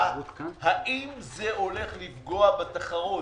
הולך לפגוע בתחרות?